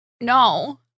No